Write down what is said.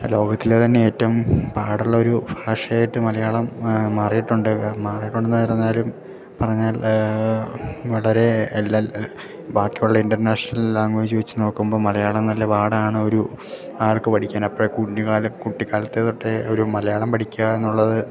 ലോകത്തിലെ തന്നെ ഏറ്റവും പാടുള്ളൊരു ഭാഷയായിട്ട് മലയാളം മാറിയിട്ടുണ്ട് മാറയിട്ടുണ്ടെന്ന് പറഞ്ഞാലും പറഞ്ഞാൽ വളരെ എല്ലാ ബാക്കിയുള്ള ഇൻ്റർനാഷണൽ ലാംഗ്വേജ് വെച്ച് നോക്കുമ്പോൾ മലയാളം നല്ല പാടാണ് ഒരു ആൾക്ക് പഠിക്കാൻ അപ്പഴ് കുഞ്ഞുകാല കുട്ടിക്കാലത്ത് തൊട്ടേ ഒരു മലയാളം പഠിക്കുക എന്നുള്ളത്